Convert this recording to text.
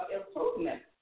improvement